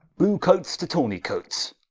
blew coats to tawny coats.